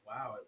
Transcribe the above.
Wow